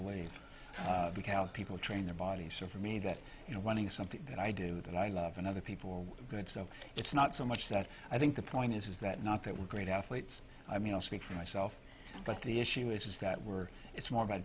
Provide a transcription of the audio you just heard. believe because people train their bodies so for me that you know wanting something that i do that i love and other people good so it's not so much that i think the point is is that not that we're great athletes i mean i'll speak for myself but the issue is that we're it's more